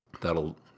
That'll